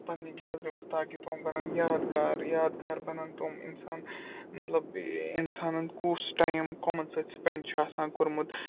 پَنٕنہِ گیلری منٛز تاکہِ تِم بَنَن یادگار یادگار بَنَن تِم اِنسان مطلب اِنسانَن کُس ٹایم کۄمَن سۭتۍ سُپٮ۪نٛڈ چھُ آسان کوٚرمُت